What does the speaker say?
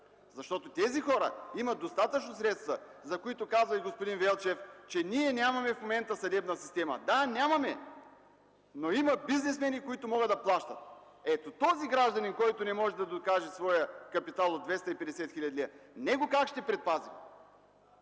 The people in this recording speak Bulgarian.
защото тези хора имат достатъчно средства и заради тях каза господин Велчев, че ние в момента нямаме съдебна система. Да, нямаме, но има бизнесмени, които могат да плащат! А този гражданин, който не може да докаже своя капитал от 250 хил. лв., него как ще предпазим?